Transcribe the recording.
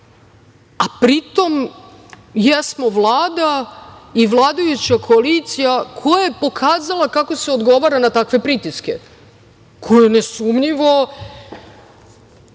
jesmo Vlada i vladajuća koalicija koja je pokazala kako se odgovara na takve pritiske, koje nesumnjivo